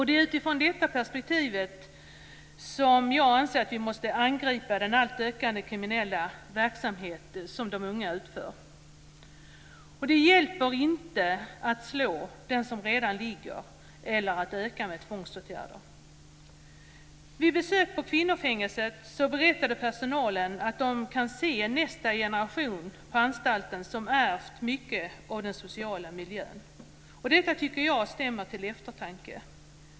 Det är utifrån detta perspektiv vi måste angripa den ökande kriminella verksamhet som unga utför. Det hjälper inte att slå den som redan ligger, eller att öka tvångsåtgärderna. Personalen på kvinnofängelset berättade vid ett besök att de kan se nästa generation på anstalten som ärvt mycket av den sociala miljön. Detta tycker jag stämmer till eftertanke.